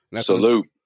salute